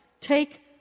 take